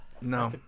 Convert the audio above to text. No